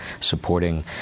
supporting